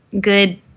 good